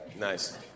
Nice